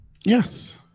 yes